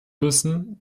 müssen